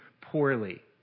poorly